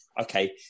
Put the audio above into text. okay